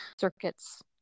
circuits